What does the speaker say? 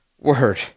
Word